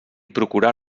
procurar